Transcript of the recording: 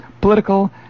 political